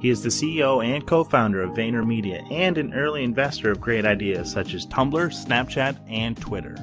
he is the ceo and co-founder of vayner media, and an early investor of great ideas, such as tumblr, snapchat, and twitter.